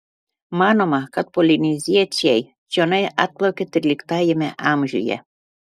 manoma kad polineziečiai čionai atplaukė tryliktajame amžiuje